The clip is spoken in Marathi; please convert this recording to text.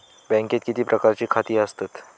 बँकेत किती प्रकारची खाती असतत?